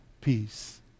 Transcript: peace